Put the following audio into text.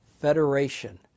Federation